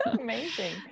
Amazing